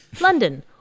London